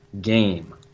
game